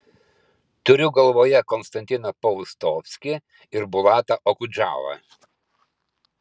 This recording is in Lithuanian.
turiu galvoje konstantiną paustovskį ir bulatą okudžavą